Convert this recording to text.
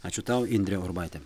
ačiū tau indrė urbaitė